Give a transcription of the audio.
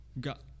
got